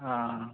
ఆ